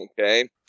Okay